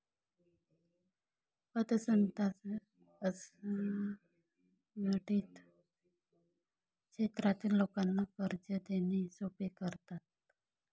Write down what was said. पतसंस्था असंघटित क्षेत्रातील लोकांना कर्ज देणे सोपे करतात